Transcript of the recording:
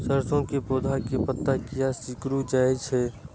सरसों के पौधा के पत्ता किया सिकुड़ जाय छे?